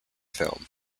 film